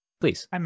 Please